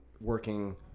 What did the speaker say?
working